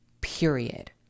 period